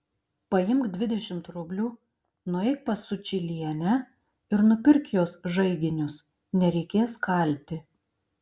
paimk dvidešimt rublių nueik pas sučylienę ir nupirk jos žaiginius nereikės kalti